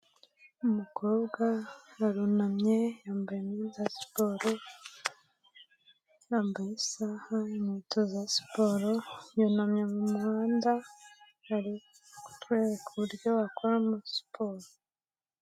Umukobwa arunamye yambaye imyenda ya siporo, yambaye isaha n'inkweto za siporo, yunamye mu muhanda arikutwereka uburyo wakoramo siporo.